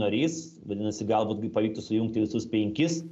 narys vadinasi galbūt pavyktų sujungti visus penkis